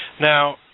Now